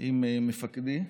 עם מפקדי.